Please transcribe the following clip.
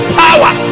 power